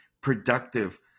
productive